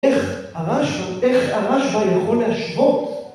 איך המשהו, איך המשהו יכול להשוות?